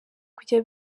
kujya